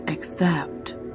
Accept